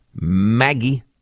Maggie